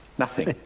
nothing.